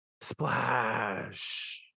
Splash